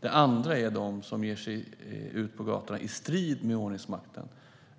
Det andra är de som ger sig ut på gatorna i strid med ordningsmakten